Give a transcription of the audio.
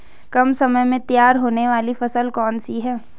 कम समय में तैयार होने वाली फसल कौन सी है?